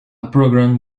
program